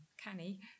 canny